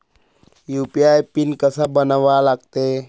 UPI PIN कसा बनवा लागते?